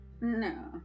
No